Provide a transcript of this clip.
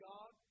God